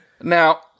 Now